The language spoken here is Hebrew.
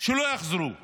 שלא יחזרו בחיים.